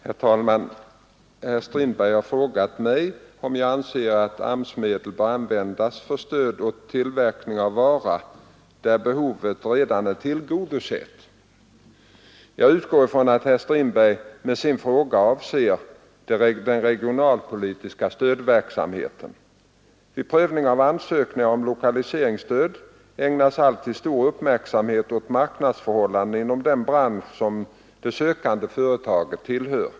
Herr talman! Herr Strindberg har frågat om jag anser att AMS-medel bör användas för stöd åt tillverkning av vara, där behovet redan är tillgodosett. Jag utgår från att herr Strindberg med sin fråga avser den regionalpolitiska stödverksamheten. Vid prövningen av ansökningar om lokaliseringsstöd ägnas alltid stor uppmärksamhet åt marknadsförhållandena inom den bransch som det sökande företaget tillhör.